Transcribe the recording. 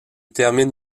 termine